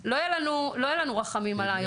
לא יהיו לנו רחמים על הארגון;